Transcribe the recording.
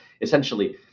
essentially